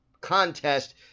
contest